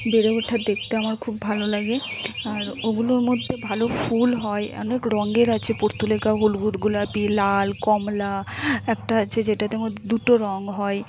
বেড়ে ওঠা দেখতে আমার খুব ভালো লাগে আর ওগুলোর মধ্যে ভালো ফুল হয় অনেক রঙের আছে পর্তুলিকা হলুদ গোলাপি লাল কমলা একটা আছে যে যেটাতে মোট দুটো রং হয়